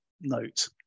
note